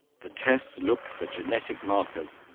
the tests look for genetic markers,